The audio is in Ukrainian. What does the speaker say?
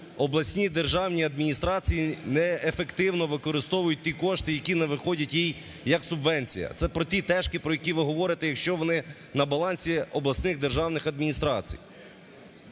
обласні державні адміністрації неефективно використовують ті кошти, які надходять їм як субвенція. Це про ті "тешки", про які ви говорите, якщо вони на балансі обласних державних адміністрацій.